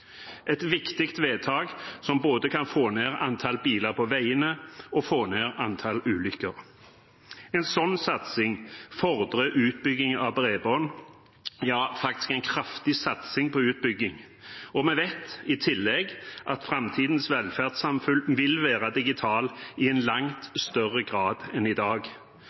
et viktig vedtak som både kan få ned antall biler på veiene og få ned antall ulykker. En slik satsing fordrer utbygging av bredbånd, ja, faktisk en kraftig satsing på utbygging. Vi vet i tillegg at framtidens velferdssamfunn vil være digitalt i langt større grad enn i dag,